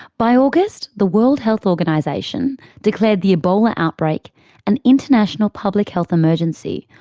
by august, the world health organisation declared the ebola outbreak an international public health emergency,